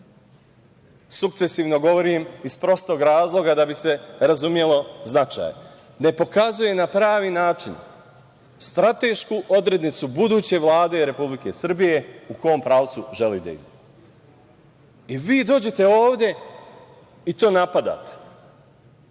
sukcesivno govorim iz prostog razloga da bi se razumeo značaj, ne pokazuje na pravi način stratešku odrednicu buduće Vlade Republike Srbije u kom pravcu želi da ide? I vi dođete ovde i to napadate?!